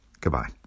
Goodbye